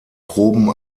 proben